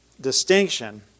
distinction